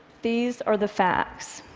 these are the facts.